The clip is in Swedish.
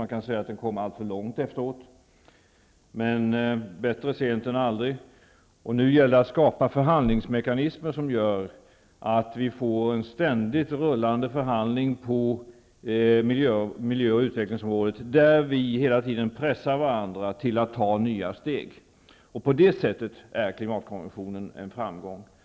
Man kan säga att den här konferensen kommer alltför långt efteråt, men bättre sent än aldrig. Nu gäller det att skapa förhandlingsmekanismer som gör att vi på miljöoch utvecklingsområdet får en ständigt rullande förhandling, där vi hela tiden pressar varandra till att ta nya steg. På det sättet är klimatkonventionen en framgång.